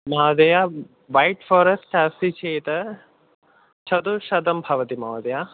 महोदय वैट्फ़ारेस्ट् अस्ति चेत् चतुश्शतं भवति महोदय